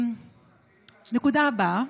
הנקודה הבאה.